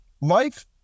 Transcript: Life